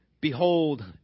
Behold